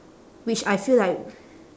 which I feel like